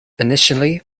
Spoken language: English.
initially